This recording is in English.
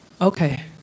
Okay